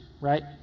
right